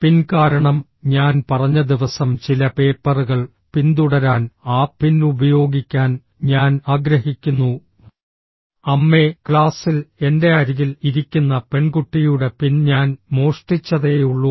പിൻ കാരണം ഞാൻ പറഞ്ഞ ദിവസം ചില പേപ്പറുകൾ പിന്തുടരാൻ ആ പിൻ ഉപയോഗിക്കാൻ ഞാൻ ആഗ്രഹിക്കുന്നു അമ്മേ ക്ലാസ്സിൽ എന്റെ അരികിൽ ഇരിക്കുന്ന പെൺകുട്ടിയുടെ പിൻ ഞാൻ മോഷ്ടിച്ചതേയുള്ളൂ